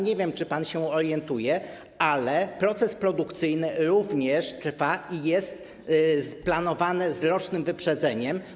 Nie wiem, czy pan się orientuje, ale proces produkcyjny również trwa i jest planowany z rocznym wyprzedzeniem.